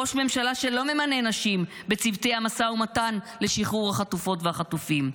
ראש ממשלה שלא ממנה נשים בצוותי המשא ומתן לשחרור החטופות והחטופים,